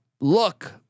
look